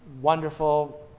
wonderful